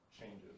changes